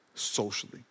Socially